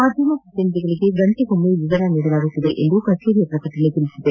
ಮಾಧ್ಯಮ ಪ್ರತಿನಿಧಿಗಳಿಗೆ ಗಂಟೆಗೊಮ್ಮೆ ವಿವರ ನೀಡಲಾಗುವುದು ಎಂದು ಕಚೇರಿಯ ಪ್ರಕಟಣೆ ತಿಳಿಸಿದೆ